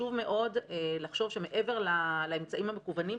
חשוב מאוד לחשוב שמעבר לאמצעים המקוונים,